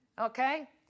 Okay